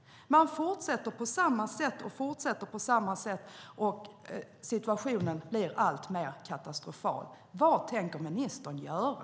Man fortsätter på samma sätt, och situationen blir alltmer katastrofal. Vad tänker ministern göra?